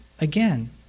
Again